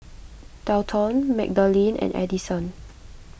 Delton Magdalene and Addison